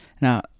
Now